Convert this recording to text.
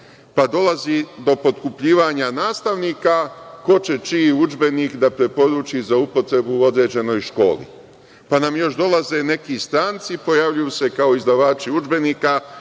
pa dolazi do potkupljivanja nastavnika ko će čiji udžbenik da preporuči za upotrebu u određenoj školi, pa nam još dolaze neki stranci i pojavljuju se kao izdavači udžbenika. Imali